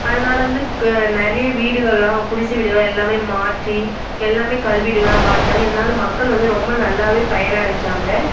அதனால் வந்து க நிறைய வீடுகள்லாம் குடிசை வீடுகள்லாம் எல்லாமே மாற்றி எல்லாமே கல் வீடுகளாக மாற்றுனாங்க இருந்தாலும் மக்கள் வந்து ரொம்ப நல்லாவே பயனடஞ்சாங்க